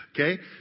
okay